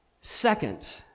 Second